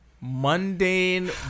mundane